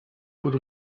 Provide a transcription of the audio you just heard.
por